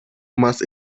más